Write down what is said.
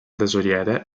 tesoriere